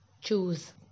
choose